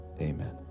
Amen